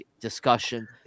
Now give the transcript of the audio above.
discussion